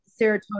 serotonin